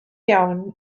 iawn